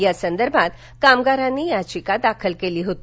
या संदर्भात कामगारांनी याचिका दाखल केली होती